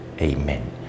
Amen